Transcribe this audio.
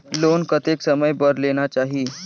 Loan कतेक समय बर लेना चाही?